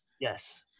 Yes